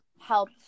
help